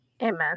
Amen